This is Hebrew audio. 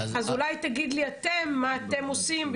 אז אולי תגיד לי מה אתם עושים?